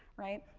right.